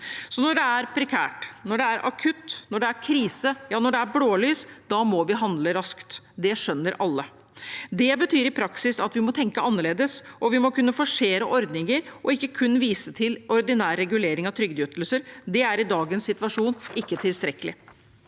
når det er krise, ja, når det er blålys, da må vi handle raskt. Det skjønner alle. Det betyr i praksis at vi må tenke annerledes, og vi må kunne forsere ordninger – ikke kun vise til ordinær regulering av trygdeytelser, det er i dagens situasjon ikke tilstrekkelig.